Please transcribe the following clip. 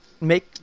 Make